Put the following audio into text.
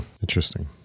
Interesting